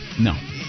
No